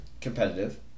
competitive